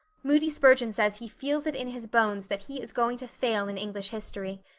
moody spurgeon says he feels it in his bones that he is going to fail in english history.